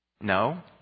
No